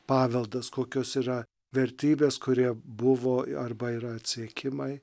paveldas kokios yra vertybės kurie buvo arba yra atsiekimai